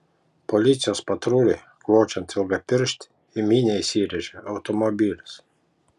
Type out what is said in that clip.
policijos patruliui kvočiant ilgapirštį į minią įsirėžė automobilis